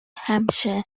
hampshire